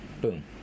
Boom